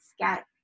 get